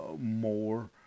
more